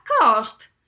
cost